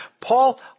Paul